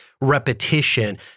repetition